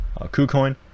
KuCoin